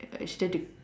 as I sure do